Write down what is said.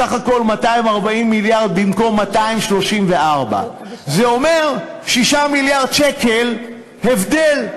סך הכול 240 מיליארד במקום 234. זה אומר 6 מיליארד שקל הבדל.